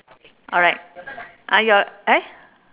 alright ah your eh